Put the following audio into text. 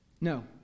No